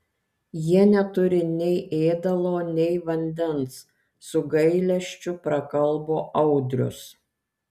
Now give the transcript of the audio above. jie neturi nei ėdalo nei vandens su gailesčiu prakalbo audrius